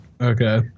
Okay